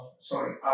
sorry